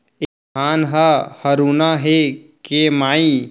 ए धान ह हरूना हे के माई?